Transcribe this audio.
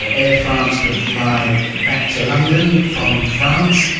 ah air france could fly back to london from france,